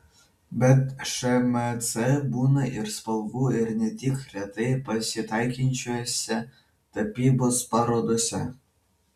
bet šmc būna ir spalvų ir ne tik retai pasitaikančiose tapybos parodose